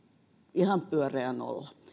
ihan pyöreä nolla